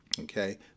Okay